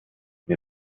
wir